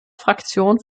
fraktion